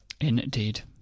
Indeed